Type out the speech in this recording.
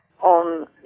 on